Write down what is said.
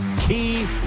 Key